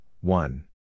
one